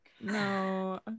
no